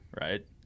right